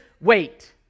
Wait